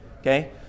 okay